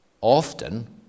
often